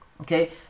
Okay